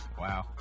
Wow